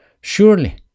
surely